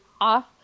off